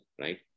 right